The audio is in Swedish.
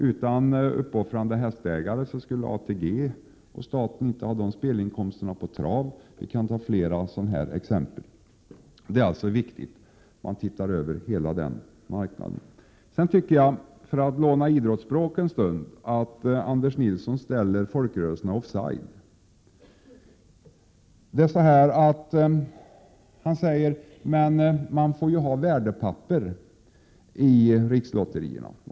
Utan uppoffrande hästägare skulle ATG och staten inte ha de nuvarande spelinkomsterna från trav. Det finns flera sådana här exempel. Det är således viktigt att man ser över hela den här marknaden. Sedan tycker jag, för att låna idrottsspråk en stund, att Anders Nilsson ställer folkrörelserna offside. Han säger att man får ha värdepapper i rikslotterierna.